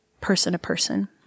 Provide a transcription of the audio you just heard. person-to-person